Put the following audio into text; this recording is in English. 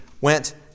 went